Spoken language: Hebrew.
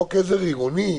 בחוק עזר עירוני,